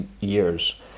years